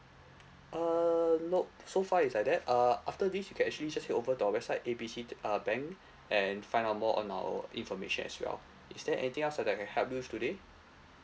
uh nope so far is like that uh after this you can actually just head over to our website A B C uh bank and find out more on our information as well is there anything else so that I can help you today